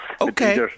Okay